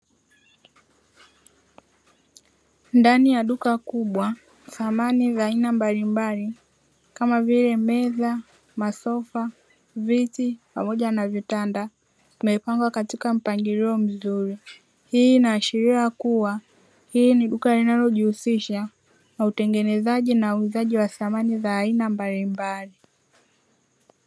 Ndani ya duka kubwa samani za aina mbalimbali kama vile:- meza, masofa, viti pamoja na vitanda vimepangwa katika mpangilio mzuri. Hii inaashiria kuwa hili ni duka linalojihusisha na utengenezaji na uuzaji wa samani za aina mbalimbali.